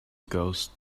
ghost